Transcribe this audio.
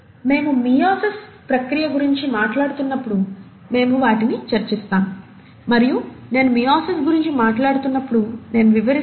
మేము 'మియోసిస్' ప్రక్రియ గురించి మాట్లాడుతున్నప్పుడు మేము వాటిని చర్చిస్తాము మరియు నేను మియోసిస్ గురించి మాట్లాడుతున్నప్పుడు నేను వివరిస్తాను